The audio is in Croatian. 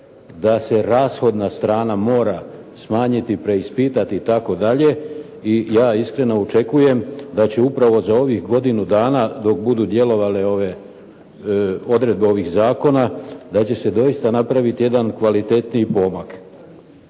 da se rashodna strana mora smanjiti, preispitati itd. I ja iskreno očekujem da će upravo za ovih godinu dana dok budu djelovale odredbe ovih zakona, da će se doista napraviti jedan kvalitetniji pomak.